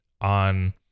on